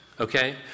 Okay